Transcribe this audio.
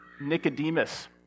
Nicodemus